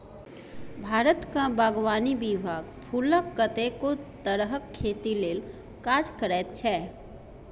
भारतक बागवानी विभाग फुलक कतेको तरहक खेती लेल काज करैत छै